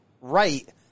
right